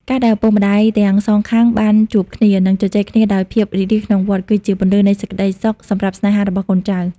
ការដែលឪពុកម្ដាយទាំងសងខាងបានជួបគ្នា និងជជែកគ្នាដោយភាពរីករាយក្នុងវត្ត គឺជាពន្លឺនៃសេចក្ដីសុខសម្រាប់ស្នេហារបស់កូនចៅ។